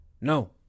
No